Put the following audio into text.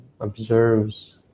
observes